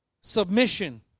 submission